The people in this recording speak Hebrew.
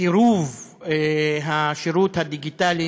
קירוב השירות הדיגיטלי,